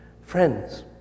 Friends